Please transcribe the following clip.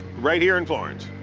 right here in florence?